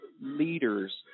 leaders